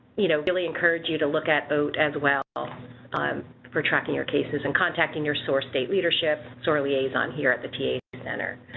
you know really encourage you to look at boat as well um for tracking your cases and contacting your source state leadership so or liaison here at the ta center.